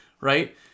right